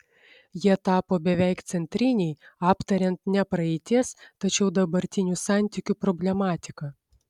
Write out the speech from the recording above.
jie tapo beveik centriniai aptariant ne praeities tačiau dabartinių santykių problematiką